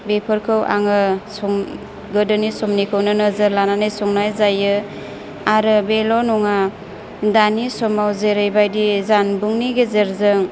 बेफोरखौ आङो सं गोदोनि समनिखौनो नोजोर लानानै संनाय जायो आरो बेल' नङा दानि समाव जोरैबायदि जानबुंनि गेजेरजों